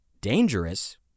dangerous